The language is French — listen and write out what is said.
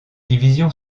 division